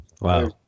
wow